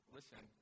Listen